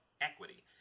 equity